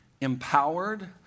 empowered